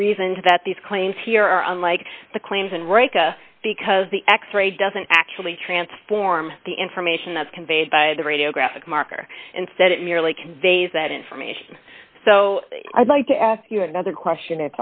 reason that these claims here are unlike the claims and reka because the x ray doesn't actually transform the information that's conveyed by the radiographic marker instead it merely conveys that information so i'd like to ask you another question